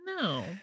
No